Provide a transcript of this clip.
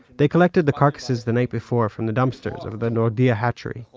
they collected the carcasses the night before from the dumpsters of the nordia hatchery,